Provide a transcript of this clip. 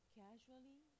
casually